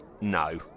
no